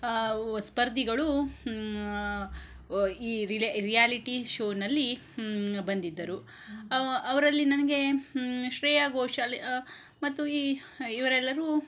ಸ್ಪರ್ಧಿಗಳು ಈ ರಿಲೆ ರಿಯಾಲಿಟಿ ಶೋನಲ್ಲಿ ಬಂದಿದ್ದರು ಅವರಲ್ಲಿ ನನಗೆ ಶ್ರೇಯಾ ಘೋಷಾಲ್ ಮತ್ತು ಈ ಇವರೆಲ್ಲರೂ